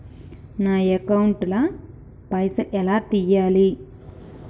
నా అకౌంట్ ల పైసల్ ఎలా తీయాలి?